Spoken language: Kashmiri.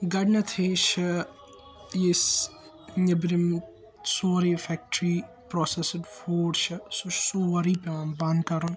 گۄڈٕنیٚتھٕے چھُ یُس نیٚبرِم سورٕے فیکٹری پراسیٚسٕڈ فُڈ چھُ سُہ چھُ سورٕے بَنٛد کَرُن